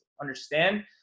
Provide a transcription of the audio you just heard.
understand